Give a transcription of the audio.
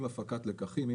עם הפקת לקחים,